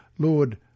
Lord